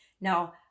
now